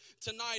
tonight